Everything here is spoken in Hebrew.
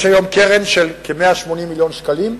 יש היום קרן של כ-180 מיליון שקלים,